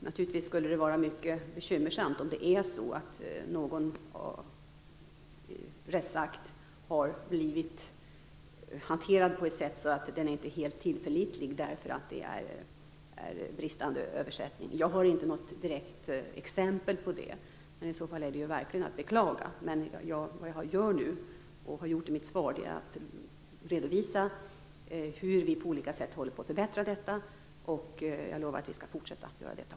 Naturligtvis skulle det vara mycket bekymmersamt om någon rättsakt har blivit hanterad på ett sådant sätt att den inte är helt tillförlitlig på grund av bristande översättning. Jag har inget direkt exempel på det, men i så fall är det verkligen att beklaga. Vad jag gör nu, och har gjort i mitt svar, är att redovisa hur vi på olika sätt håller på att förbättra det här. Jag lovar att vi skall fortsätta med det också.